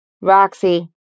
Roxy